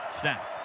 Snap